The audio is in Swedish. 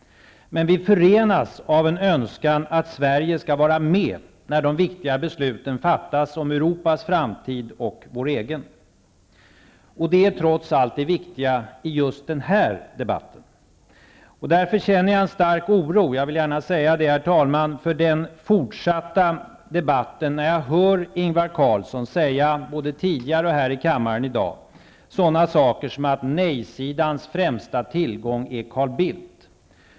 Men vi förenas av en önskan att Sverige skall vara med när de viktiga besluten fattas om Europas framtid och vår egen. Det är trots allt det viktiga i just den här debatten. Därför känner jag en stark oro för den fortsatta debatten när jag hör Ingvar Carlsson säga -- det har han gjort både tidigare och här i kammaren i dag -- sådana saker som att nej-sidans främsta tillgång är Carl Bildt.